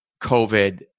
covid